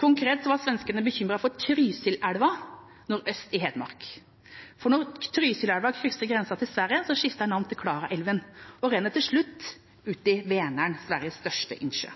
Konkret var svenskene bekymret for Trysilelva nordøst i Hedmark. For når Trysilelva krysser grensa til Sverige, skifter den navn til Klarälven og renner til slutt ut i Vänern, Sveriges største innsjø.